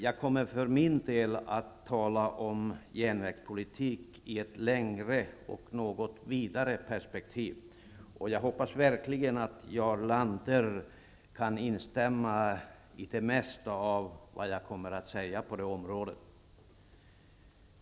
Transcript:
Jag kommer för min del att tala om järnvägspolitik i ett längre och något vidare perspektiv. Jag hoppas verkligen att Jarl Lander kan instämma i det mesta av det som jag kommer att säga på detta område.